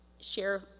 share